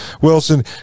wilson